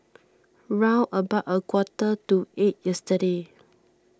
round about a quarter to eight yesterday